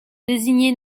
désigner